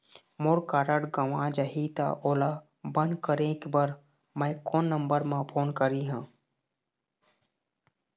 मोर card गंवा जाही त ओला बंद करें बर मैं कोन नंबर म फोन करिह?